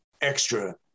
extra